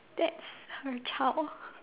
that's here child